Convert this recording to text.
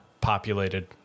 populated